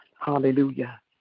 Hallelujah